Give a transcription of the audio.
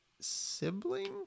sibling